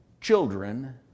children